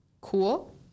cool